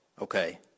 Okay